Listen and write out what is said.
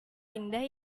indah